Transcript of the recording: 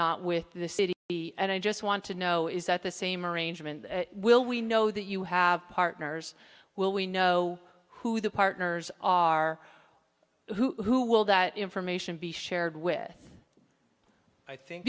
not with the city b and i just want to know is that the same arrangement will we know that you have partners will we know who the partners are who will that information be shared with i think